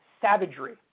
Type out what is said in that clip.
savagery